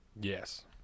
Yes